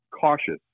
cautious